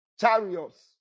Chariots